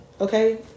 okay